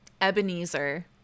Ebenezer